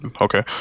okay